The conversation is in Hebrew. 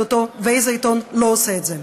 ואיזה עיתון לא עושה את זה.